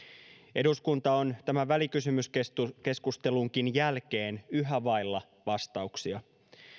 eduskunta on tämän välikysymyskeskustelunkin jälkeen yhä vailla vastauksia